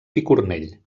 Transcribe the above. picornell